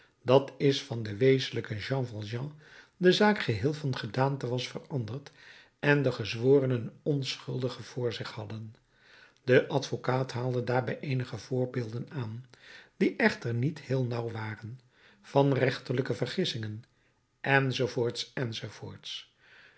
dat is van den wezenlijken jean valjean de zaak geheel van gedaante was veranderd en de gezworenen een onschuldige voor zich hadden de advocaat haalde daarbij eenige voorbeelden aan die echter niet heel nieuw waren van rechterlijke vergissingen